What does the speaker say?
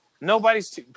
Nobody's